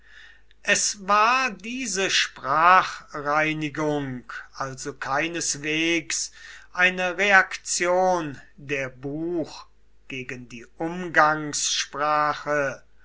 es war diese sprachreinigung also keineswegs eine reaktion der buch gegen die umgangssprache